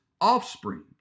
offspring